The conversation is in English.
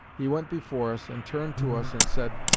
he went before us, and turned to us, and said,